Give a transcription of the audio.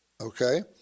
okay